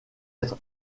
être